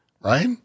right